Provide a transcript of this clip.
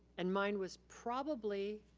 and mine was probably,